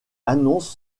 annonce